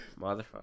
Motherfucker